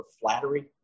flattery